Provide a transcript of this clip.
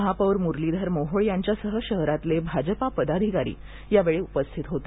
महापौर मुरलीधर मोहोळ यांच्यासह शहरातले भाजपा पदाधिकारी यावेळी उपस्थित होते